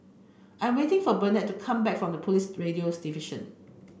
I waiting for Bennett come back from the Police Radio's Division